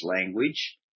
language